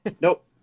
Nope